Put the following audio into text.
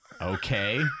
Okay